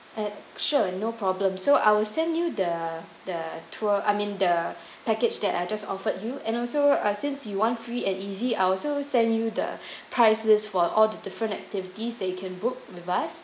sure no problem so I will send you the the tour I mean the package that I just offered you and also ah since you want free and easy I'll also send you the price list for all the different activities that you can book with us